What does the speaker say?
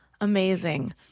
Amazing